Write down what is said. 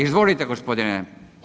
Izvolite gospodine